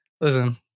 Listen